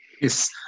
Yes